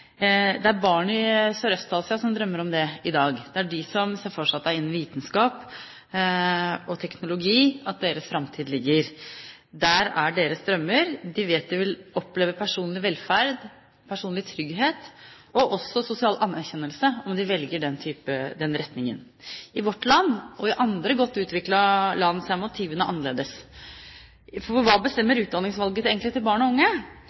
Det er barn i Sørøst-Asia som drømmer om det i dag. Det er de som ser for seg at det er innen vitenskap og teknologi at deres framtid ligger. Der er deres drømmer. De vet de vil oppleve personlig velferd, personlig trygghet og også sosial anerkjennelse om de velger den retningen. I vårt land og i andre godt utviklede land er motivene annerledes. For hva bestemmer egentlig utdanningsvalget til barn og unge?